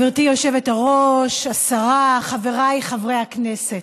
גברתי היושבת-ראש, השרה, חבריי חברי הכנסת,